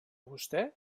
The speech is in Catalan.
vostè